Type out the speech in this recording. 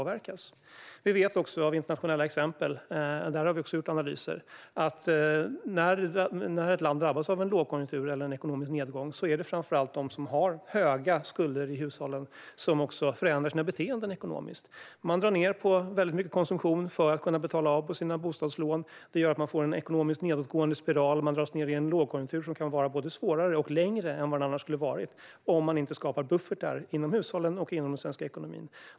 Vi vet också av internationella exempel, och här har vi också gjort analyser, att när ett land drabbas av en lågkonjunktur eller en ekonomisk nedgång är det framför allt de som har höga skulder i hushållen som förändrar sina beteenden ekonomiskt. De drar ned mycket på konsumtionen för att kunna betala av sina bostadslån. Det gör att man får en ekonomisk nedåtgående spiral och dras ned i en lågkonjunktur som kan vara både svårare och längre än vad den annars skulle ha varit - om man inte skapar buffertar inom hushållen och den nationella ekonomin.